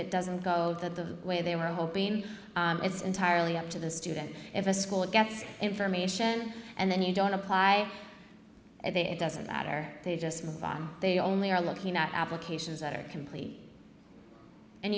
it doesn't go the way they were hoping it's entirely up to the student if a school gets information and then you don't apply it doesn't matter they just they only are looking at applications that are complete and